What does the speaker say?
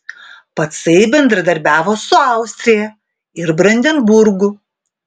pacai bendradarbiavo su austrija ir brandenburgu